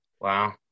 wow